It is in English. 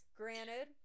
granted